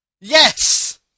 Yes